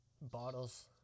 bottles